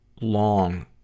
long